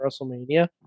WrestleMania